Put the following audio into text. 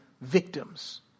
victims